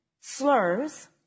slurs